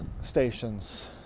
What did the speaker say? stations